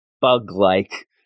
bug-like